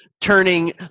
turning